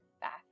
back